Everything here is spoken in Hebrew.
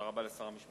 תודה רבה לשר המשפטים.